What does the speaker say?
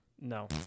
no